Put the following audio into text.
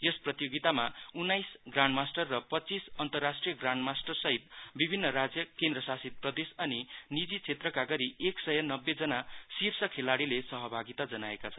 यस प्रतियोगितामा उन्नाइस ग्रान्डमास्टर र पच्चीस अन्तरराष्ट्रिय ग्रान्डमास्टर सहित विभिन्न राज्यकेन्द्र शासित प्रदेश अनि नीजि क्षेत्रका शिष खेलाड़ीले सहभागित जनाएका छन्